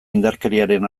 indarkeriaren